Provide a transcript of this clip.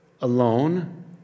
alone